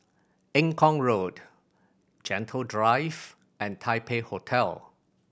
Eng Kong Road Gentle Drive and Taipei Hotel